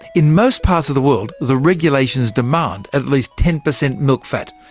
in most parts of the world, the regulations demand at least ten per cent milk fat.